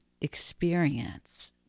experience